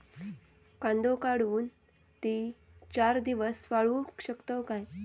कांदो काढुन ती चार दिवस वाळऊ शकतव काय?